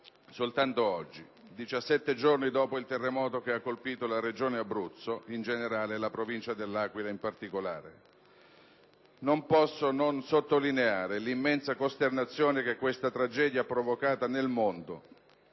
soltanto oggi, 17 giorni dopo il terremoto che ha colpito la Regione Abruzzo in generale e la Provincia dell'Aquila in particolare. Non posso non sottolineare l'immensa costernazione che questa tragedia ha provocato nel mondo,